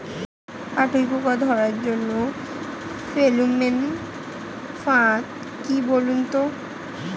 কাটুই পোকা ধরার জন্য ফেরোমন ফাদ কি বলুন তো?